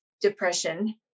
depression